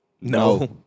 No